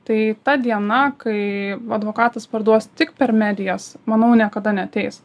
tai ta diena kai advokatas parduos tik per medijas manau niekada neateis